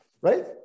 right